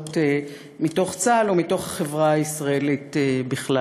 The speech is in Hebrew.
הזאת מתוך צה"ל ומתוך החברה הישראלית בכלל.